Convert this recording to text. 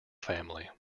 family